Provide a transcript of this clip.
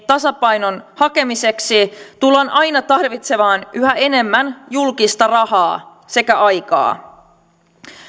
tasapainon hakemiseksi tullaan aina tarvitsemaan yhä enemmän julkista rahaa sekä aikaa